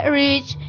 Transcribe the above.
rich